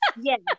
Yes